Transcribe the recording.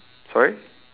sorry